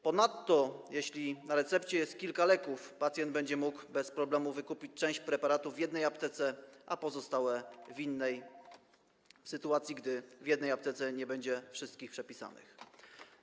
Ponadto jeśli na recepcie jest kilka leków, pacjent będzie mógł bez problemu wykupić część preparatów w jednej aptece, a pozostałe w innej, w sytuacji gdy w jednej aptece nie będzie wszystkich przepisanych mu leków.